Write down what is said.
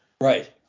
Right